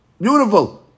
beautiful